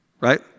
right